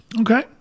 Okay